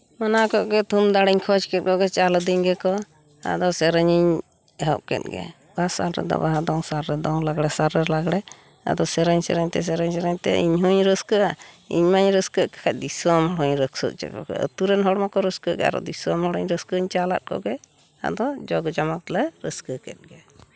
ᱢᱟᱱᱟᱣ ᱠᱮᱫ ᱠᱚᱜᱮ ᱛᱷᱩᱢ ᱫᱟᱲᱮᱧ ᱠᱷᱚᱡ ᱠᱮᱫ ᱠᱚᱜᱮ ᱪᱟᱞᱟᱫᱤᱧ ᱜᱮᱠᱚ ᱟᱫᱚ ᱥᱮᱨᱮᱧᱤᱧ ᱮᱦᱚᱵ ᱠᱮᱫ ᱜᱮ ᱵᱟᱦᱟ ᱥᱟᱞ ᱨᱮᱫᱚ ᱵᱟᱦᱟ ᱫᱚᱝ ᱥᱟᱞ ᱨᱮ ᱫᱚᱝ ᱞᱟᱜᱽᱲᱮ ᱥᱟᱞ ᱨᱮ ᱞᱟᱜᱽᱲᱮ ᱟᱫᱚ ᱥᱮᱨᱮᱧ ᱥᱮᱨᱮᱧ ᱥᱮᱨᱮᱧ ᱥᱮᱨᱮᱧ ᱛᱮ ᱤᱧ ᱦᱩᱧ ᱨᱟᱹᱥᱠᱟᱹᱜᱼᱟ ᱤᱧᱢᱟᱧ ᱨᱟᱹᱥᱠᱟᱹᱜ ᱠᱷᱟᱱ ᱫᱤᱥᱚᱢ ᱦᱚᱲᱤᱧ ᱨᱟᱹᱥᱠᱟᱹ ᱦᱚᱪᱚ ᱠᱚᱜᱮᱭᱟ ᱟᱹᱛᱩ ᱨᱮᱱ ᱦᱚᱲ ᱢᱟᱠᱚ ᱨᱟᱹᱥᱠᱟᱹᱜ ᱜᱮ ᱟᱨᱚ ᱫᱤᱥᱚᱢ ᱦᱚᱲ ᱦᱚᱸ ᱨᱟᱹᱥᱠᱟᱹᱧ ᱪᱟᱞᱟᱫ ᱠᱚᱜᱮ ᱟᱫᱚ ᱡᱟᱸᱠ ᱡᱚᱢᱚᱠ ᱞᱮ ᱨᱟᱹᱥᱠᱟᱹ ᱠᱮᱫ ᱜᱮ